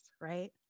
right